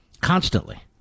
Constantly